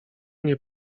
nie